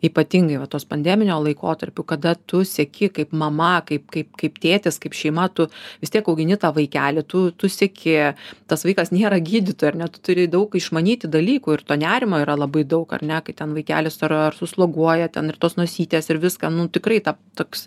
ypatingai va tos pandeminio laikotarpiu kada tu seki kaip mama kaip kaip kaip tėtis kaip šeima tu vis tiek augini tą vaikelį tu tu seki tas vaikas nėra gydytojo ar ne tu turi daug išmanyti dalykų ir to nerimo yra labai daug ar net kai ten vaikelis ar ar susloguoja ten ir tos nosytės ir viską nu tikrai ta toks